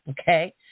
okay